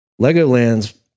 Legoland's